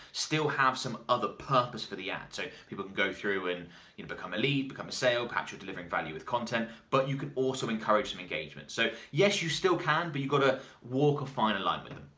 still have some other purpose for the ad, so people can go through and you know become a lead, become a sale, perhaps you're delivering value with content, but you can also encourage some engagement. so yes you still can but you've gotta walk a fine a fine line with them.